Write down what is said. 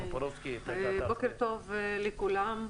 בוקר טוב לכולם.